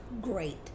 Great